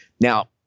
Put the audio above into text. Now